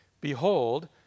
Behold